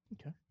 Okay